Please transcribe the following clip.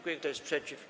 Kto jest przeciw?